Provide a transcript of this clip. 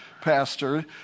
pastor